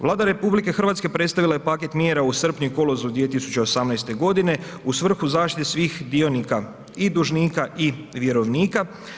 Vlada RH predstavila je paket mjera u srpnju i kolovozu 2018. g. u svrhu zaštite svih dionika i dužnika i vjerovnika.